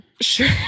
sure